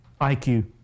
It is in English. IQ